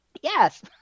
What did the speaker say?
Yes